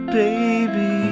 baby